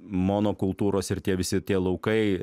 monokultūros ir tie visi tie laukai